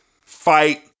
fight